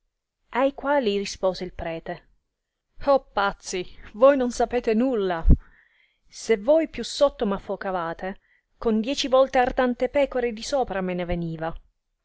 i quali rispose il prete oh pazzi voi non sapete nulla se voi più sotto m affocavate con dieci volte artante pecore di sopra me ne veniva